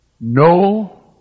No